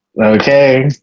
Okay